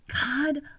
God